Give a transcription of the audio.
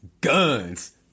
Guns